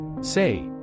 Say